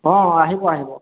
অঁ আহিব আহিব